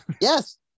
yes